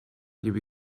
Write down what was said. gibi